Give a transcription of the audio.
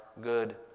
good